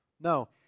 No